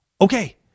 okay